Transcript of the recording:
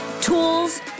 tools